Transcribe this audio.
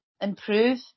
improve